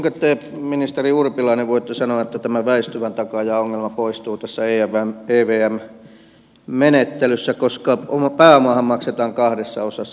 kuinka te ministeri urpilainen voitte sanoa että tämä väistyvän takaajan ongelma poistuu tässä evm menettelyssä koska pääomahan maksetaan kahdessa osassa